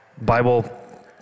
bible